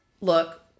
look